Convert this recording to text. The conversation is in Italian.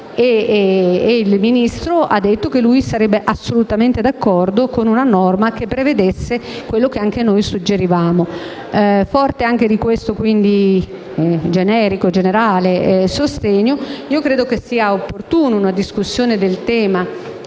ed il Ministro ha risposto che sarebbe assolutamente d'accordo con una norma che prevedesse quello che anche noi suggerivamo e, forte anche di questo generico sostegno, credo sia opportuna una discussione del tema